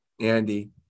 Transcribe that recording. Andy